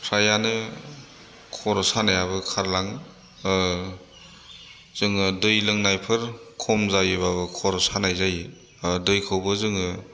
फ्रायानो खर' सानायाबो खारलाङो जोङो दै लोंनायफोर खम जायोब्लाबो खर' सानाय जायो दैखौबो जोङो